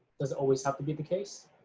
doesn't always have to be the case,